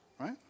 right